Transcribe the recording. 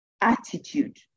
attitude